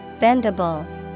Bendable